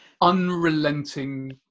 unrelenting